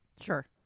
Sure